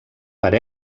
per